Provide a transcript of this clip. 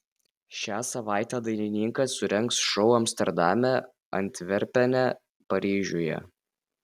šią savaitę dainininkas surengs šou amsterdame antverpene ir paryžiuje